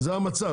זה המצב.